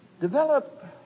develop